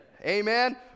Amen